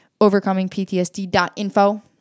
OvercomingPTSD.info